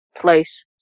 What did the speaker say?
place